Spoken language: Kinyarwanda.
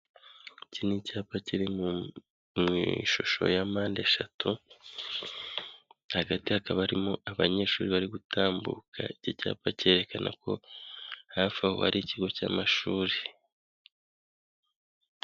Iki ni icyapa kiri mu ishusho ya mpandeshatu, hagati hakaba harimo abanyeshuri bari gutambuka. Iki icyapa cyerekana ko hafi aho ari ikigo cy'amashuri.